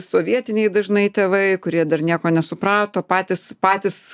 sovietiniai dažnai tėvai kurie dar nieko nesuprato patys patys